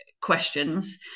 questions